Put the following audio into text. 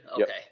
Okay